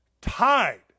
tied